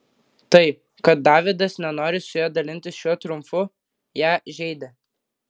tai kad davidas nenori su ja dalintis šiuo triumfu ją žeidė